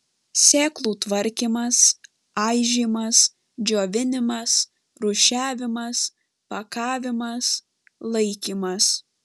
sėklų tvarkymas aižymas džiovinimas rūšiavimas pakavimas laikymas